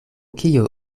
kio